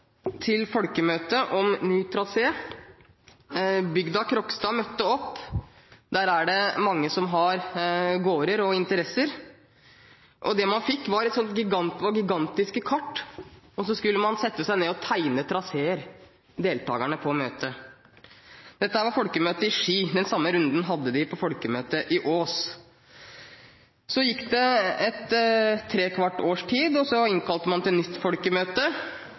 til folkemøte om ny trasé. Bygda Kråkstad møtte opp. Der er det mange som har gårder og interesser. Det man fikk, var gigantiske kart, og så skulle deltakerne på møtet sette seg ned og tegne traseer. Dette var folkemøtet i Ski, den samme runden hadde de på folkemøtet i Ås. Så gikk det trekvart års tid, og man innkalte til